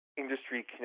industry